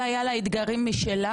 והיה לה אתגרים משלה.